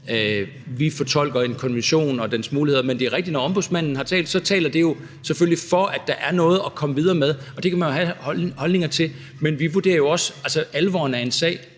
vi fortolker en konvention og dens muligheder. Men det er rigtigt, at når Ombudsmanden har talt, så taler det selvfølgelig for, at der er noget at komme videre med, og det kan man jo have holdninger til, men vi vurderer jo også alvoren af en sag.